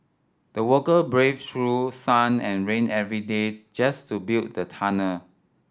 the worker braved through sun and rain every day just to build the tunnel